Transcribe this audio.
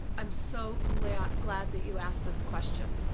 i'm so glad glad that you asked this question.